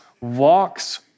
walks